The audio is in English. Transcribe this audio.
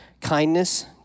kindness